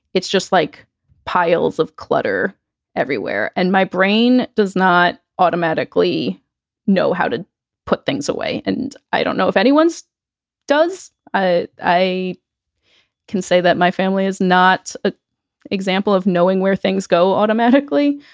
it's just like piles of clutter everywhere. and my brain does not automatically know how to put things away. and i don't know if anyone's does. i i can say that my family is not an ah example of knowing where things go automatically.